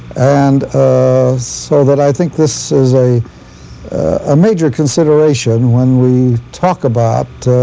and so that i think this is a ah major consideration when we talk about